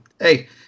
hey